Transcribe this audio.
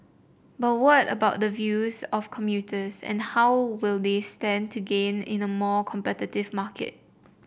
but what about the views of commuters and how will they stand to gain in a more competitive market